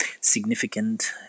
significant